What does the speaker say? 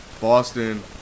Boston